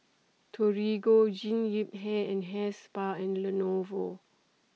Torigo Jean Yip Hair and Hair Spa and Lenovo